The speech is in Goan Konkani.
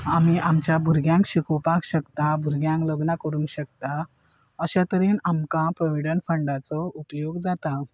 आमी आमच्या भुरग्यांक शिकोवपाक शकता भुरग्यांक लग्न करूंक शकता अश्या तरेन आमकां प्रोविडट फंडाचो उपयोग जाता